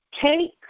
Take